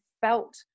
felt